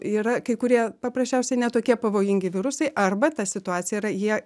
yra kai kurie paprasčiausiai ne tokie pavojingi virusai arba ta situacija yra jie